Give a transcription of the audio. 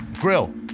Grill